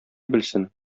белсен